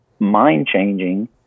mind-changing